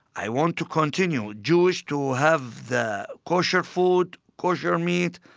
i want to continue jewish to have the kosher food, kosher meat,